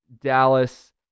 Dallas